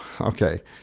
okay